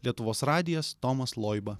lietuvos radijas tomas loiba